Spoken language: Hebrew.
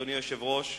אדוני היושב-ראש,